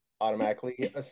automatically